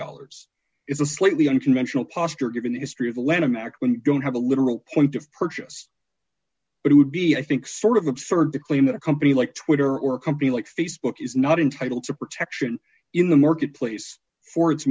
dollars is a slightly unconventional posture given the history of the lanham act when you don't have a literal point of purchase but it would be i think sort of absurd to claim that a company like twitter or a company like facebook is not entitled to protection in the marketplace for